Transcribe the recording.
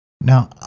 Now